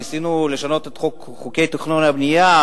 ניסינו לשנות את חוקי התכנון והבנייה,